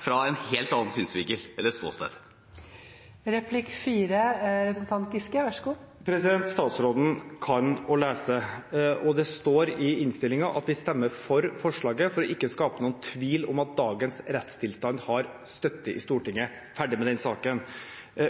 fra en helt annen synsvinkel eller ståsted. Statsråden kan lese. Det står i innstillingen at vi stemmer for forslaget for ikke å skape noen tvil om at dagens rettstilstand har støtte i Stortinget – ferdig med den saken.